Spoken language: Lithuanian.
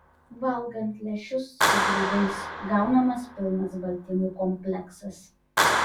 valgant lęšius su grūdais gaunamas pilnas baltymų kompleksas